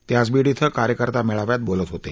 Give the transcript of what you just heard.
ते आज बीड इथं कार्यकर्ता मेळाव्यात बोलत होते